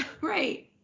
Right